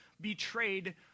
betrayed